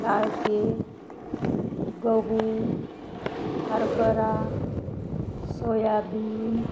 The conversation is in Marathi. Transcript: टाळके गहू हरभरा सोयाबीन